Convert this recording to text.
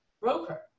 broker